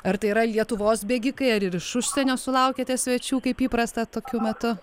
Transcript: ar tai yra lietuvos bėgikai ar ir iš užsienio sulaukiate svečių kaip įprasta tokiu metu